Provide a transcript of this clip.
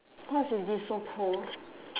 what's with this so cold